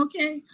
okay